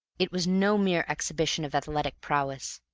it was no mere exhibition of athletic prowess,